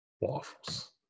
waffles